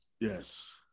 yes